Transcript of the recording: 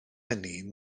hynny